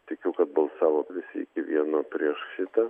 tikiu kad balsavo visi iki vieno prieš šitą